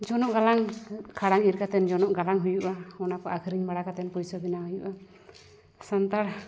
ᱡᱚᱱᱚᱜ ᱜᱟᱞᱟᱝ ᱠᱷᱟᱲᱟᱝ ᱤᱨ ᱠᱟᱛᱮᱫ ᱡᱚᱱᱚᱝ ᱜᱟᱞᱟᱝ ᱦᱩᱭᱩᱜᱼᱟ ᱚᱱᱟ ᱠᱚ ᱟᱹᱠᱷᱨᱤᱧ ᱵᱟᱲᱟ ᱠᱟᱛᱮᱫ ᱯᱩᱭᱥᱟᱹ ᱵᱮᱱᱟᱣ ᱦᱩᱭᱩᱜᱼᱟ ᱥᱟᱱᱛᱟᱲ